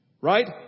Right